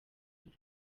inda